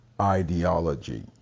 ideology